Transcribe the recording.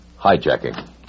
Hijacking